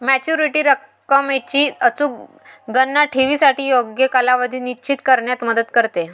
maturity रकमेची अचूक गणना ठेवीसाठी योग्य कालावधी निश्चित करण्यात मदत करते